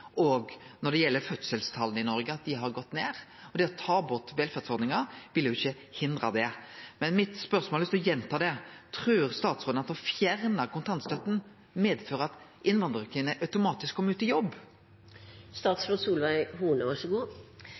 når det gjeld fødselstala i Noreg, at dei har gått ned. Å ta bort velferdsordningar vil ikkje hindre det. Eg har lyst å gjenta spørsmålet mitt: Trur statsråden at det å fjerne kontantstøtta fører til at innvandrarkvinner automatisk kjem ut i jobb?